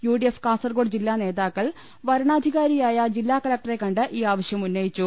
U D F Kasaragod ജില്ലാനേതാക്കൾ വരണാധികാരിയായ ജില്ലാ കലക്ടറെ കണ്ട് ഈ ആവശ്യം ഉന്നയിച്ചു